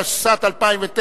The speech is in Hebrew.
התשס"ט 2009,